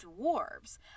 dwarves